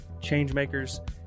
changemakers